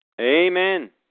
Amen